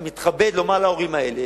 אני מתכבד לומר להורים האלה: